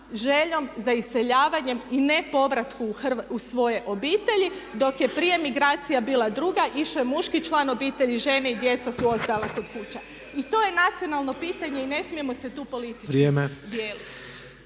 željom za iseljavanjem i nepovratku u svoje obitelji dok je prije migracija bila druga, išao je muški član obitelji, žene i djeca su ostajale kod kuće. I to je nacionalno pitanje i ne smijemo se tu politički dijeliti.